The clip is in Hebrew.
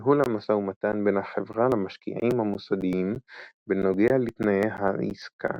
ניהול המשא ומתן בין החברה למשקיעים המוסדיים בנוגע לתנאי העסקה,